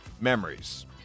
memories